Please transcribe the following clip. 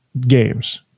games